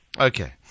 Okay